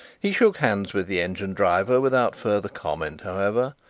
he shook hands with the engine-driver without further comment, however,